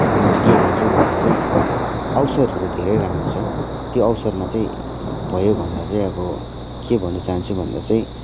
म चाहिँ के भन्छु भन्दा चाहिँ अवसरहरू धेरै राम्रो छ त्यो अवसरमा चाहिँ भयो भन्दा चाहिँ अब के भन्न चाहन्छु भन्दा चाहिँ